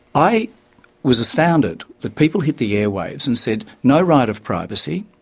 i was astounded that people hit the airwaves and said, no right of privacy,